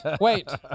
wait